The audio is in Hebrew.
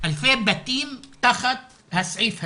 אלפי בתים תחת הסעיף הזה.